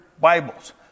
Bibles